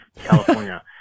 California